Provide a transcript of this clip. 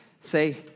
Say